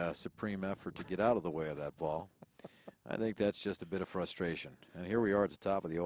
supreme effort to get out of the way of that ball and i think that's just a bit of frustration and here we are at the top of the